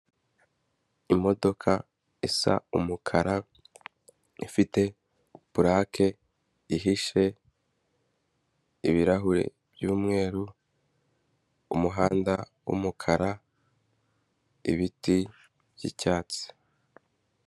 Imodoka isa umukara ifite purake ihishe, ibirahure by'umweru, umuhanda w'umukara, ibiti by'icyatsi.